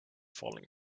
falling